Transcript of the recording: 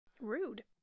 Rude